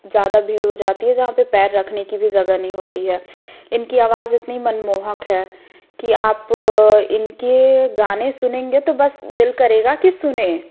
ज़्यादा भीड़ हो जाती है जहाँ पर पैर रखने की भी जगह नहीं होती है इनकी आवाज़ इतनी मनमोहक है कि आप इनके गाने सुनेंगे तो बस दिल करेगा कि सुने